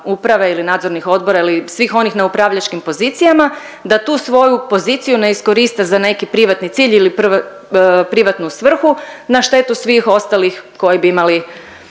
uprave ili nadzornih odbora ili svih onih na upravljačkim pozicijama, da tu svoju poziciju ne iskoriste za neki privatni cilj ili privatnu svrhu na štetu svih ostalih koji bi imali